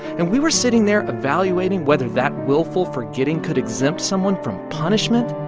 and we were sitting there evaluating whether that willful forgetting could exempt someone from punishment.